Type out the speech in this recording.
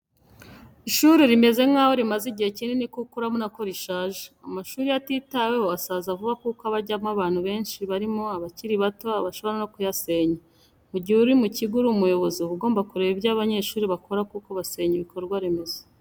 Ishuri rimeze nk'aho rimaze igihe kinini kuko urabona ko rishaje, amashuri iyo atitaweho asaza vuba kuko aba ajyamo abantu benshi barimo abakiri bato bashobora no kuyasenya. Mu gihe uri mu kigo uri umuyobozi uba ugomba kureba ibyo abanyeshuri bakora kuko basenya ibikorwaremezo.